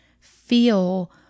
feel